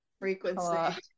frequency